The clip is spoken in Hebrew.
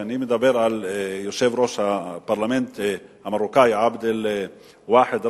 אני מדבר על יושב-ראש הפרלמנט המרוקני עבד-אלואחד אלראדי,